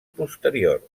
posterior